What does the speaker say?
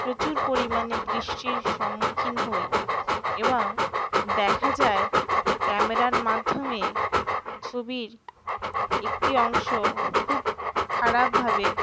প্রচুর পরিমাণে বৃষ্টির সম্মুখীন হই এবাং দেখা যায় ক্যামেরার মাধ্যমে ছবির একটি অংশ খুব খারাপভাবে